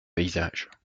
paysage